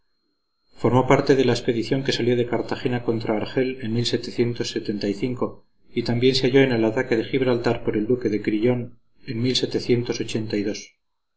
formó parte de la expedición que salió de cartagena contra argel en y también se halló en el ataque de gibraltar por el duque de crillon en